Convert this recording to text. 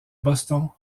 boston